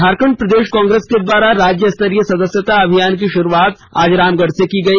झारखंड प्रदेश कांग्रेस के द्वारा राज्य स्तरीय सदस्यता अभियान की शुरुआत आज रामगढ़ से की गई